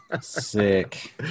sick